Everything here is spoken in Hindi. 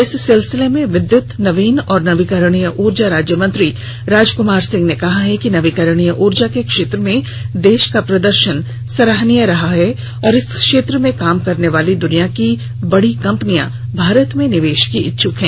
इस सिलसिले में विद्युत नवीन और नवीकरणीय ऊर्जा राज्यमंत्री राजकुमार सिंह ने कहा है कि नवीकरणीय ऊर्जा के क्षेत्र में देश का प्रदर्शन सराहनीय रहा है और इस क्षेत्र में काम करने वाली दुनिया की बड़ी कम्पनियां भारत में निवेश की इच्छुक हैं